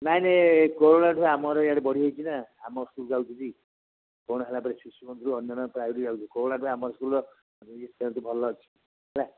ନାଇଁ ନାଇଁ କୋରୋନାଠୁ ଆମର ଇଆଡ଼େ ବଢ଼ି ଯାଇଛି ନା ଆମ ସ୍କୁଲକୁ ଆଉ ଯିବି କ'ଣ ହେଲା ଶିଶୁମନ୍ଦିର କୋରୋନାଠୁ ଆମ ସ୍କୁଲ ସେନ୍ତି ଭଲ ଅଛି ହେଲା